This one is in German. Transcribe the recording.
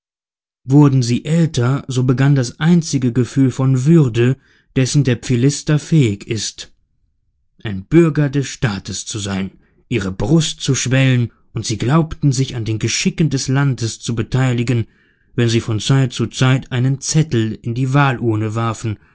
wurden sie älter so begann das einzige gefühl von würde dessen der philister fähig ist ein bürger des staates zu sein ihre brust zu schwellen und sie glaubten sich an den geschicken des landes zu beteiligen wenn sie von zeit zu zeit einen zettel in die wahlurne warfen